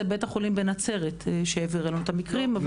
זה בית החולים בנצרת שהעביר לנו את המקרים.